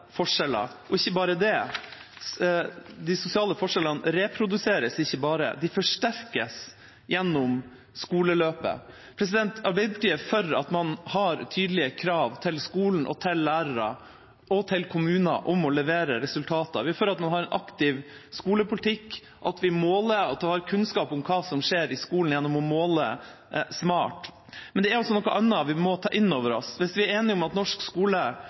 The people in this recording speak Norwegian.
forskjeller. Og ikke bare det, de sosiale forskjellene ikke bare reproduseres, de forsterkes gjennom skoleløpet. Arbeiderpartiet er for at man har tydelige krav til skolen, til lærere og til kommuner om å levere resultater. Vi er for at man har en aktiv skolepolitikk, at vi måler at vi har kunnskap om hva som skjer i skolen, gjennom å måle smart. Men det er også noe annet vi må ta inn over oss. Hvis vi er enige om at norsk skole